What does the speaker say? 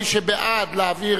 מי שבעד להעביר